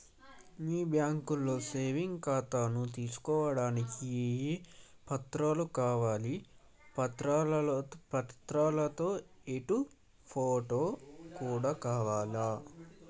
మీ బ్యాంకులో సేవింగ్ ఖాతాను తీసుకోవడానికి ఏ ఏ పత్రాలు కావాలి పత్రాలతో పాటు ఫోటో కూడా కావాలా?